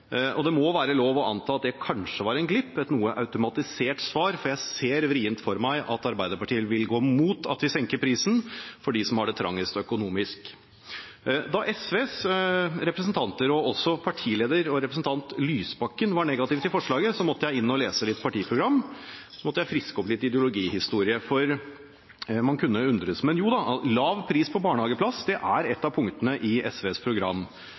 Det må være lov å anta at det kanskje var en glipp, et noe automatisert svar, for jeg ser vanskelig for meg at Arbeiderpartiet vil gå imot at vi senker prisen for dem som har det trangest økonomisk. Da SVs representanter og også partileder Audun Lysbakken var negativ til forslaget, måtte jeg inn og lese litt partiprogram og friske opp litt ideologihistorie, for man kunne jo undres. Men jo da: Lav pris på barnehageplass er et av punktene i SVs program.